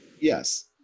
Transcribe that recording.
Yes